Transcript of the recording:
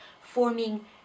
forming